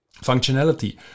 functionality